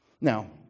Now